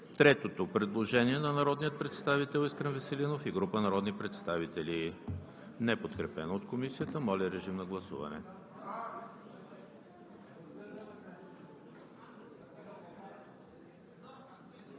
второто предложение на народния представител Искрен Веселинов и група народни представители, неподкрепено от Комисията. Гласували